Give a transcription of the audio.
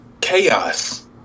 chaos